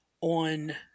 on